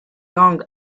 young